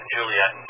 Juliet